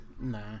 Nah